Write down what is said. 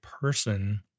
person